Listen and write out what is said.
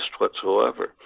whatsoever